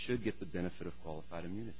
should get the benefit of qualified immunity